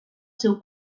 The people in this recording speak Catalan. seu